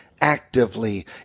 actively